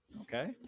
okay